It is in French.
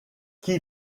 qu’y